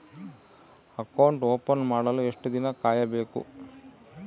Account open ಮಾಡಲು ಎಷ್ಟು ದಿನ ಕಾಯಬೇಕು?